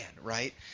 right